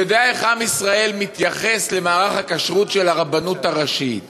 ויודע איך עם ישראל מתייחס למערך הכשרות של הרבנות הראשית: